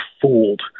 fooled